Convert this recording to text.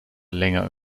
länger